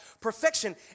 perfection